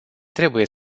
trebuie